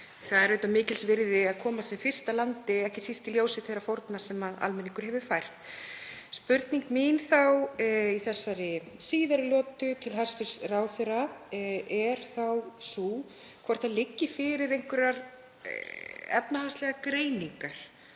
Það er mikils virði að komast sem fyrst að landi, ekki síst í ljósi þeirra fórna sem almenningur hefur fært. Spurning mín í þessari síðari lotu til hæstv. ráðherra er þá sú hvort fyrir liggi einhverjar efnahagslegar greiningar